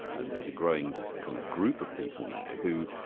and there's a growing kind of group of people now who,